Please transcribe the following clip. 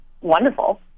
wonderful